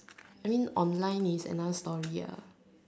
I mean online is another story ah